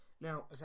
Now